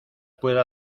pueda